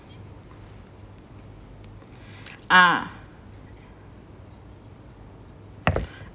ah